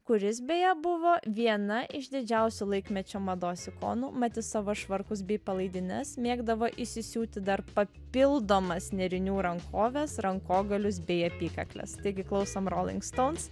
kuris beje buvo viena išdidžiausių laikmečio mados ikonų mat jis į savo švarkus bei palaidines mėgdavo įsisiūti dar papildomas nėrinių rankoves rankogalius bei apykakles taigi klausom rolling stones